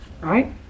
Right